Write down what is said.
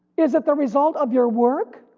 is it the result of your work?